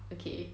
okay